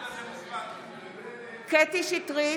(קוראת בשמות חברי הכנסת) יובל שטייניץ,